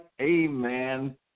Amen